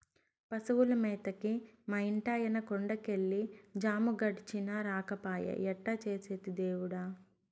పశువుల మేతకి మా ఇంటాయన కొండ కెళ్ళి జాము గడిచినా రాకపాయె ఎట్టా చేసేది దేవుడా